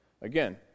Again